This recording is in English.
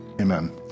amen